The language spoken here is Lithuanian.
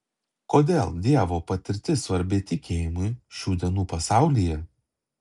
kodėl dievo patirtis svarbi tikėjimui šių dienų pasaulyje